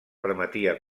permetia